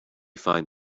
find